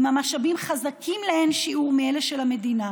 עם משאבים חזקים לאין-שיעור מאלה של המדינה,